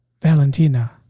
Valentina